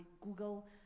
Google